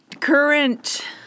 Current